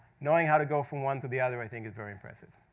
knowing how to go from one to the other, i think, is very impressive.